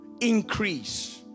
increase